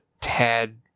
tad